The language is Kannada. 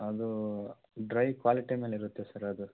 ಅದು ಡ್ರೈ ಕ್ವಾಲಿಟಿ ಮೇಲೆ ಇರುತ್ತೆ ಸರ್ ಅದು